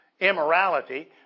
immorality